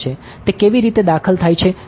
તે કેવી રીતે દાખલ થાય છે કારણ કે તેનું છે